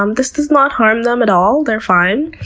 um this does not harm them at all, they're fine,